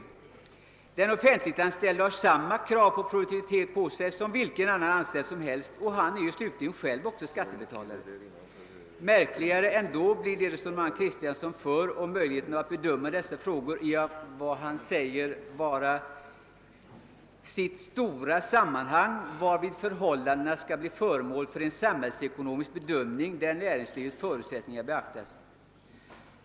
På den offentligt anställde ställs samma krav på produktivitet som på vilken annan anställd som helst — och han är ju slutligen själv också skattebetalare! Ännu märkligare är det resonemang herr Kristiansson för om att problemställningen löner och sociala förmåner »bör sättas in i sitt stora sammanhang och bli föremål för en samhällsekonomisk bedömning, där näringslivets förutsättningar beaktas».